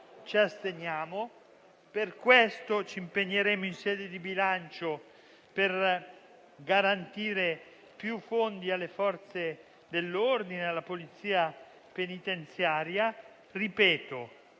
ci asterremo e ci impegneremo in sede di bilancio per garantire più fondi alle Forze dell'ordine e alla Polizia penitenziaria. La